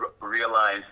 realize